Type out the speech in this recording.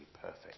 perfect